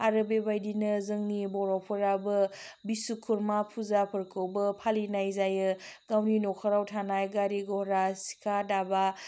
आरो बेबायदिनो जोंनि बर'फोराबो बिस्वखुरमा फुजाफोरखौबो फालिनाय जायो गावनि नखराव थानाय गारि घरा सिखा दाबा